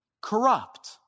corrupt